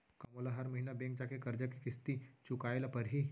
का मोला हर महीना बैंक जाके करजा के किस्ती चुकाए ल परहि?